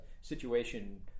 situation